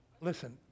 listen